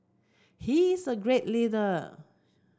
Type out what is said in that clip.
he is a great leader